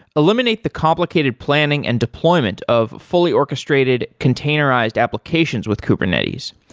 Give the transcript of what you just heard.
eliminate the complicated planning and deployment of fully orchestrated containerized applications with kubernetes.